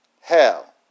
hell